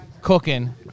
cooking